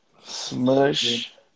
Smush